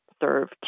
serve